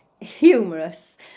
humorous